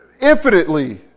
infinitely